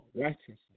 righteousness